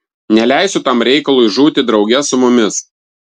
neleisiu tam reikalui žūti drauge su mumis